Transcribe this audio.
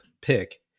pick